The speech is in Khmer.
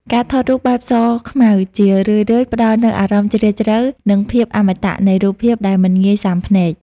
ការថតរូបបែបសខ្មៅ ជារឿយៗផ្ដល់នូវអារម្មណ៍ជ្រាលជ្រៅ និងភាពអមតៈនៃរូបភាពដែលមិនងាយស៊ាំភ្នែក។